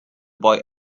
boy